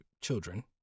children